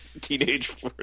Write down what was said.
Teenage